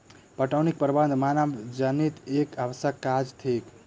पटौनीक प्रबंध मानवजनीत एक आवश्यक काज थिक